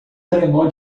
trenó